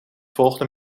volgende